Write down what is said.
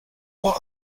what